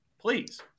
Please